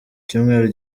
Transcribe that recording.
cyumweru